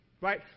right